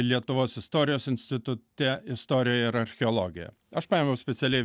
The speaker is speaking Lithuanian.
lietuvos istorijos institute istorija ir archeologija aš paėmiau specialiai